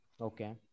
Okay